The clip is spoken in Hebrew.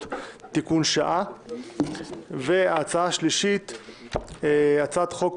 (הוראת שעה)(תיקון מס' 5). ההצעה השלישית היא: הצעת חוק